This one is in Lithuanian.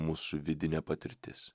mūsų vidinė patirtis